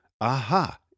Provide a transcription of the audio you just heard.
aha